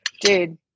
dude